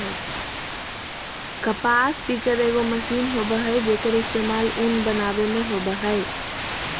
कपास पिकर एगो मशीन होबय हइ, जेक्कर इस्तेमाल उन बनावे में होबा हइ